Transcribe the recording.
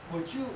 我就